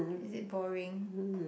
is it boring